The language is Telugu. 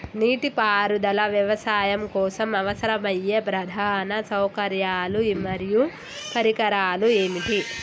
నీటిపారుదల వ్యవసాయం కోసం అవసరమయ్యే ప్రధాన సౌకర్యాలు మరియు పరికరాలు ఏమిటి?